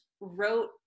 wrote